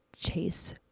chase